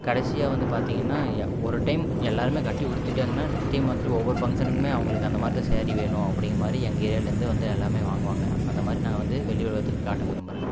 கடைசியாக வந்து பார்த்தீங்கன்னா யா ஒரு டைம் எல்லோருமே கட்டி உடுத்திட்டாங்கன்னா நெக்ஸ்ட் டைம் வந்துட்டு ஒவ்வொரு ஃபங்க்ஷனுக்குமே அவங்களுக்கு அந்த மாதிரி தான் ஸேரி வேணும் அப்படிங்கிற மாதிரி எங்கள் ஏரியாலேருந்து வந்து எல்லாமே வாங்குவாங்க அந்த மாதிரி நான் வந்து வெளி உலகத்துக்கு காட்ட விரும்புகிறேன்